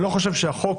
אני לא חושב שהחוק